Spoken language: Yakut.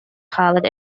хаалар